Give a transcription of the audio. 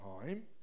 time